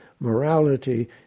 Morality